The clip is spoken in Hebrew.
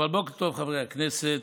בוקר טוב, חברי הכנסת.